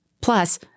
Plus